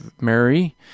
Mary